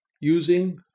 using